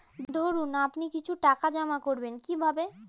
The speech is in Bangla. ধরুন আপনি কিছু টাকা জমা করবেন কিভাবে?